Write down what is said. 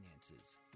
finances